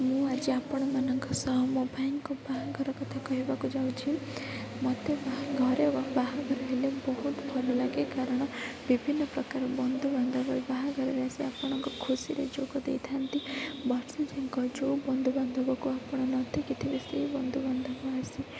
ମୁଁ ଆଜି ଆପଣମାନଙ୍କ ସହ ମୋ ଭାଇଙ୍କ ବାହାଘର କଥା କହିବାକୁ ଯାଉଛି ମୋତେ ଘରେ ବାହାଘର ହେଲେ ବହୁତ ଭଲ ଲାଗେ କାରଣ ବିଭିନ୍ନ ପ୍ରକାର ବନ୍ଧୁ ବାନ୍ଧବ ବାହାଘରରେ ଆସି ଆପଣଙ୍କ ଖୁସିରେ ଯୋଗ ଦେଇଥାନ୍ତି ଯେଉଁ ବନ୍ଧୁ ବାନ୍ଧବଙ୍କୁ ଦେଖିନଥିବେ ସେଇ ବନ୍ଧୁ ବାନ୍ଧବ ଆସି